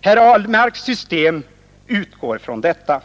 Herr Ahlmarks system utgår ifrån detta.